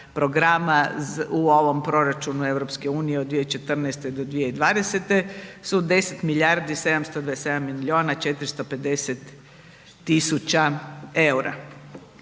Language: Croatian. programa u ovom proračunu EU od 2014. do 2020. su 10 milijardi 727 milijuna 450 tisuća eura.